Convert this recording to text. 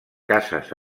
cases